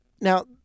Now